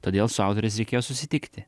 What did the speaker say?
todėl su autoriais reikėjo susitikti